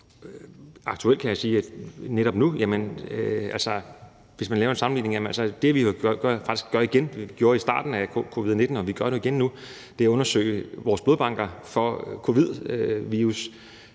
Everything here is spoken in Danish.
Aktuelt kan jeg, i forhold til hvis man laver en sammenligning, sige, at det, vi gjorde i starten af covid-19-epidemien, gør vi jo igen nu, nemlig at undersøge vores blodbanker for covid-virus